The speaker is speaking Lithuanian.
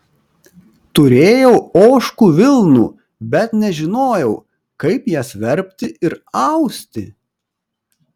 turėjau ožkų vilnų bet nežinojau kaip jas verpti ir austi